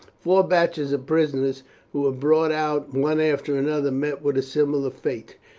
four batches of prisoners who were brought out one after another met with a similar fate.